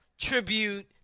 tribute